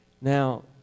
Now